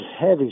heavy